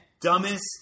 dumbest